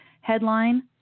Headline